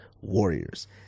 Warriors